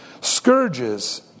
scourges